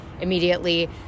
immediately